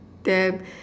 damn